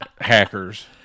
hackers